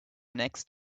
next